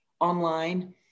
online